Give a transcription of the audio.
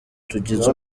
tugize